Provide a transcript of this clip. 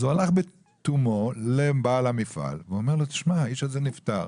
הוא הולך לבעל המפעל ואמר לו שהאיש הזה נפטר,